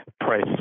price